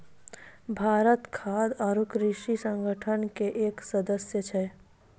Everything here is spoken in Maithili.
भारत खाद्य आरो कृषि संगठन के एक सदस्य छै